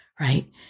right